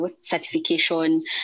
certification